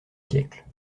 siècle